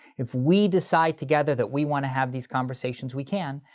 if we decide together that we wanna have these conversations, we can.